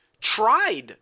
tried